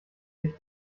sich